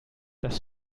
das